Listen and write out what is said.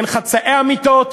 אין חצאי אמיתות,